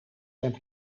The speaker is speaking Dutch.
zijn